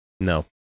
no